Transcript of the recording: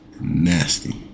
nasty